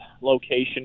location